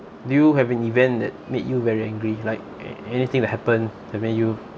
do you have an event that made you very angry like a~ anything that happened had made you